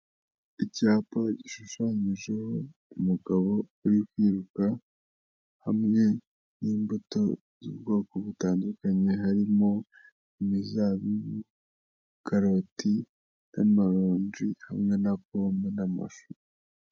Icyapa gishushanyijeho umugabo uri kwiruka, hamwe n'imbuto z'ubwoko butandukanye, harimo, imizabibu, karoti, n'amaronji, hamwe na pome n'amashu.